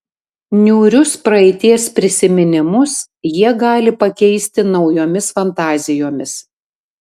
niūrius praeities prisiminimus jie gali pakeisti naujomis fantazijomis